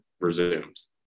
resumes